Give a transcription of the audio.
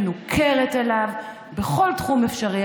מנוכרת אליו בכל תחום אפשרי,